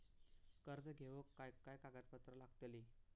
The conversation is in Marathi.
कर्ज घेऊक काय काय कागदपत्र लागतली?